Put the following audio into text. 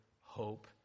hope